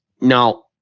now